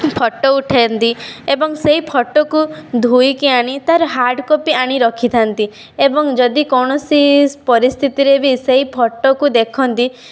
photo ଉଠାନ୍ତି ଏବଂ ସେଇ ଫଟୋକୁ ଧୋଇକି ଆଣି ତାର ହାର୍ଡ଼କପି ଆଣି ରଖିଥାନ୍ତି ଏବଂ ଯଦି କୌଣସି ପରିସ୍ଥିତିରେ ବି ସେଇ ଫଟୋକୁ ଦେଖନ୍ତି